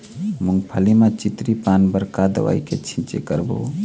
मूंगफली म चितरी पान बर का दवई के छींचे करबो?